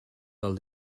del